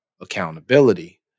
accountability